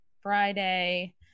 Friday